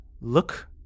Look